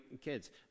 kids